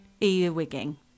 earwigging